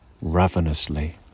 ravenously